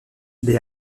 des